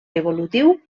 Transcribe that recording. evolutiu